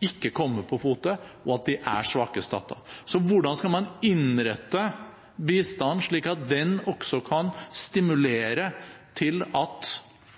ikke kommer på fote, og at de er svake stater. Så hvordan skal man innrette bistand slik at den også kan stimulere til at